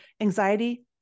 anxiety